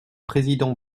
président